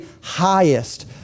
highest